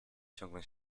ciągle